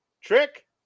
trick